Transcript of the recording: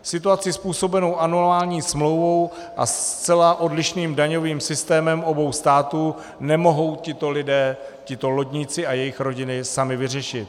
Situaci způsobenou smlouvou a zcela odlišným daňovým systémem obou států nemohou tito lidé, tito lodníci a jejich rodiny, sami vyřešit.